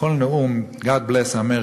בכל נאום: God bless America"",